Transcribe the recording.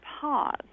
pause